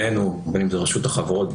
בין אם זאת רשות החברות,